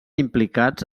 implicats